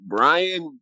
Brian